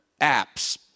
apps